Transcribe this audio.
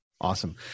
Awesome